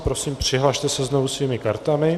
Prosím, přihlaste se znovu svými kartami.